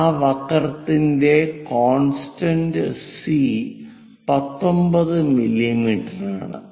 ആ വക്രത്തിന്റെ constant C 19 മില്ലീമീറ്ററാണ്